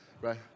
Right